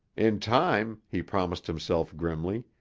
in time, he promised himself grimly,